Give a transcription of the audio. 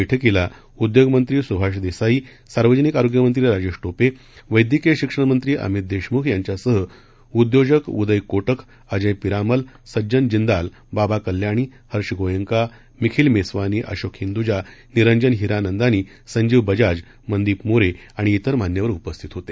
बैठकीला उद्योग मंत्री सुभाष देसाई सार्वजनिक आरोग्य मंत्री राजेश टोपे वैद्यकीय शिक्षण मंत्री अमित देशमुख यांच्यासह उद्योजक उदय कोटक अजय पिरामल सज्जन जिंदाल बाबा कल्याणी हर्ष गोयंका निखिल मेस्वानी अशोक हिंदूजा निरंजन हिरानंदानी संजीव बजाज मनदीप मोरे आणि इतर मान्यवर उपस्थित होते